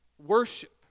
worship